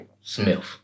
Smith